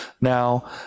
now